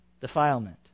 defilement